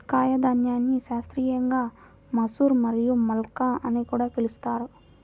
కాయధాన్యాన్ని శాస్త్రీయంగా మసూర్ మరియు మల్కా అని కూడా పిలుస్తారు